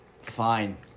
Fine